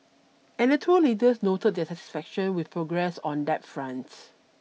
and the two leaders noted their satisfaction with progress on that front